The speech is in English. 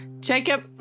Jacob